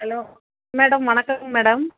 hello madam வணக்கங்க madam